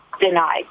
denied